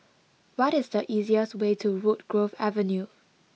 what is the easiest way to Woodgrove Avenue